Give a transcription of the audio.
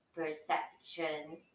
perceptions